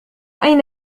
أين